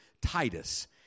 Titus